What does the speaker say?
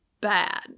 bad